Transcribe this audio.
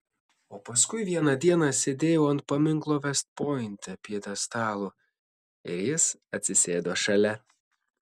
o paskui vieną dieną sėdėjau ant paminklo vest pointe pjedestalo ir jis atsisėdo šalia